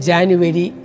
January